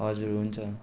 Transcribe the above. हजुर हुन्छ